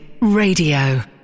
Radio